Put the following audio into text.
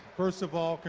first of all,